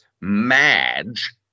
Madge